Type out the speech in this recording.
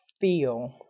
feel